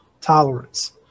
tolerance